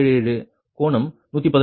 77 கோணம் 116